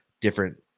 different